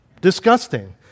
Disgusting